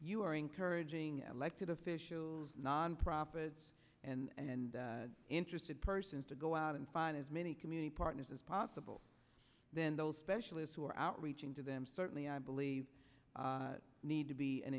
you are encouraging elected officials nonprofits and interested persons to go out and find as many community partners as possible then those specialists who are outreaching to them certainly i believe need to be an